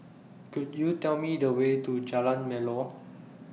Could YOU Tell Me The Way to Jalan Melor